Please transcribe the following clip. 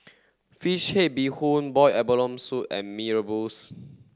fish head bee hoon boiled abalone soup and Mee rebus